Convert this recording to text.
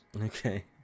okay